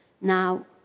Now